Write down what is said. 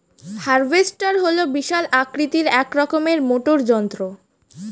harvester হল বিশাল আকৃতির এক রকমের মোটর যন্ত্র